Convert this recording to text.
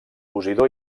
posidó